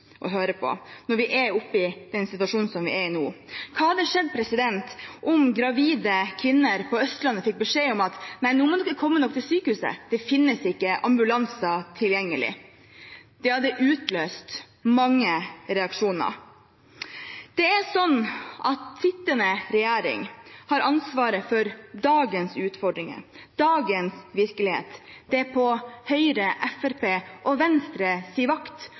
å høre på når vi er oppe i den situasjonen vi er i nå. Hva hadde skjedd om gravide kvinner på Østlandet fikk beskjed om at nei, nå må dere komme dere til sykehuset, det finnes ikke ambulanser tilgjengelig. Det hadde utløst mange reaksjoner. Det er slik at sittende regjering har ansvaret for dagens utfordringer, dagens virkelighet. Det er på Høyre, Fremskrittspartiet og Venstres vakt